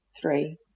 three